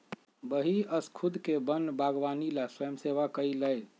वही स्खुद के वन बागवानी ला स्वयंसेवा कई लय